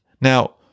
Now